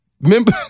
Remember